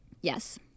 Yes